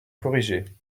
corriger